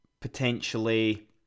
Potentially